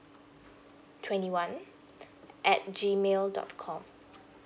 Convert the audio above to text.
twenty one at G mail dot com